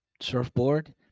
surfboard